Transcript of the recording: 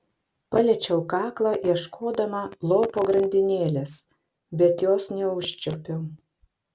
paliečiau kaklą ieškodama lopo grandinėlės bet jos neužčiuopiau